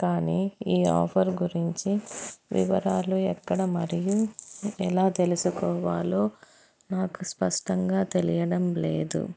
కానీ ఈ ఆఫర్ గురించి వివరాలు ఎక్కడ మరియు ఎలా తెలుసుకోవాలో నాకు స్పష్టంగా తెలియడం లేదు